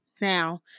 Now